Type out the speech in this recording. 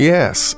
Yes